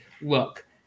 look